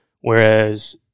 whereas